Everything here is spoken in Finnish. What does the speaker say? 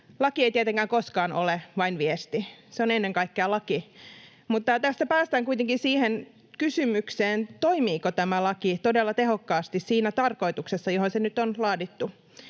Laki ei tietenkään koskaan ole vain viesti. Se on ennen kaikkea laki. Mutta tästä päästään kuitenkin siihen kysymykseen, toimiiko tämä laki todella tehokkaasti siinä tarkoituksessa, johon se nyt on laadittu.